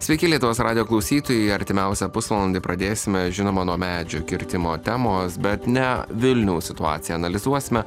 sveiki lietuvos radijo klausytojai artimiausią pusvalandį pradėsime žinoma nuo medžių kirtimo temos bet ne vilniaus situaciją analizuosime